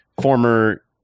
former